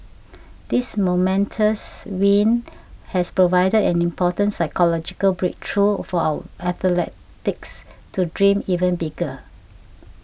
this momentous win has provided an important psychological breakthrough for our athletes to dream even bigger